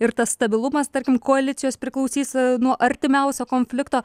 ir tas stabilumas tarkim koalicijos priklausys nuo artimiausio konflikto